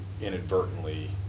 inadvertently